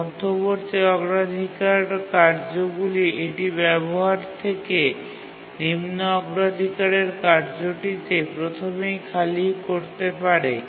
মধ্যবর্তী অগ্রাধিকার কার্যগুলি এটি ব্যবহার থেকে নিম্ন অগ্রাধিকারের কার্যটিকে প্রথমেই খালি করতে পারে